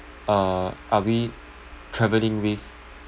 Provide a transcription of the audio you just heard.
uh are we travelling with